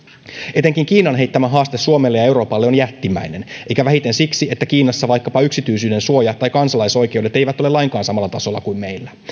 etenkin kiinan heittämä haaste suomelle ja euroopalle on jättimäinen eikä vähiten siksi että kiinassa vaikkapa yksityisyydensuoja tai kansalaisoikeudet eivät ole lainkaan samalla tasolla kuin meillä